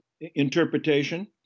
interpretation